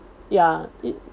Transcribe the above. ya it